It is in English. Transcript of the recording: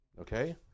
okay